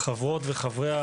חברות וחברי הוועדה,